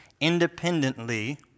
independently